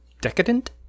decadent